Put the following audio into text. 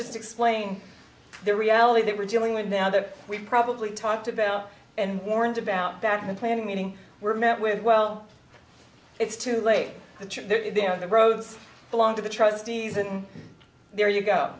just explain the reality that we're dealing with now that we've probably talked about and warned about back when planning meeting were met with well it's too late but you know the roads belong to the trustees and there you go